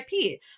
IP